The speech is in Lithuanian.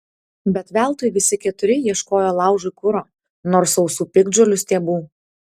bet veltui visi keturi ieškojo laužui kuro nors sausų piktžolių stiebų